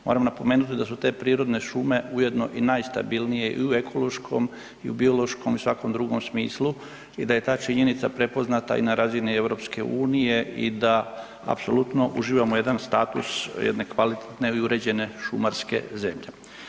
Moram napomenuti da su te prirodne šume ujedno i najstabilnije i u ekološkom i u biološkom i svakom drugom smislu i da je ta činjenica prepoznata i na razini EU i apsolutno uživamo jedan status jedne kvalitetne i uređene šumarske zemlje.